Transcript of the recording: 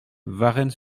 varennes